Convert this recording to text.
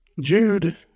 Jude